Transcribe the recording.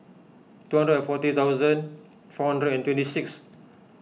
two hundred and forty thousand four hundred and twenty six